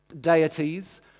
deities